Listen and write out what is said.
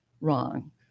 wrong